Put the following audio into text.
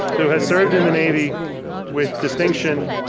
who has served in the navy with distinction,